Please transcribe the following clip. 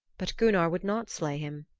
but gunnar would not slay him,